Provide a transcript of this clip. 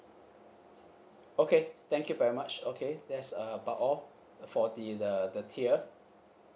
okay thank you very much okay that's about all for the the the tier